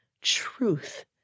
truth